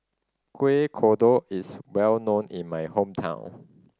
Kuih Kodok is well known in my hometown